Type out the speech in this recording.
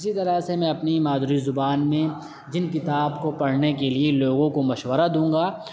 اسی طرح سے میں اپنی مادری زبان میں جن کتاب کو پڑھنے کے لیے لوگوں کو مشورہ دوں گا